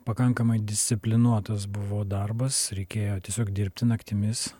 pakankamai disciplinuotas buvo darbas reikėjo tiesiog dirbti naktimis